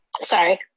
Sorry